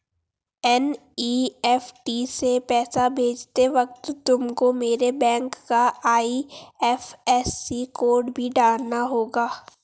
NEFT से पैसा भेजते वक्त तुमको मेरे बैंक का आई.एफ.एस.सी कोड भी डालना होगा